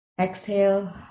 Exhale